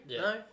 No